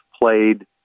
played